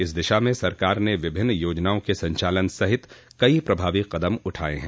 इस दिशा में सरकार ने विभिन्न योजनाओं के संचालन सहित कई प्रभावी कदम उठाये हैं